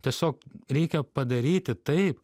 tiesiog reikia padaryti taip